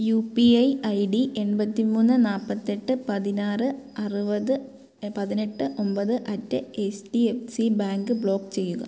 U P I I D എൺപത്തി മൂന്ന് നാൽപ്പത്തി എട്ട് പതിനാറ് ആറുപത് പതിനെട്ട് ഒമ്പത് at H D F C bank ബ്ലോക്ക് ചെയ്യുക